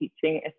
teaching